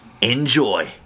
Enjoy